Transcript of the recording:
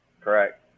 Correct